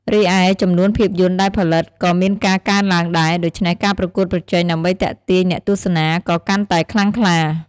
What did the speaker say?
រីឯ ចំនួនភាពយន្តដែលផលិតក៏មានការកើនឡើងដែរ ដូច្នេះការប្រកួតប្រជែងដើម្បីទាក់ទាញអ្នកទស្សនាក៏កាន់តែខ្លាំងក្លា។